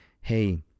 hey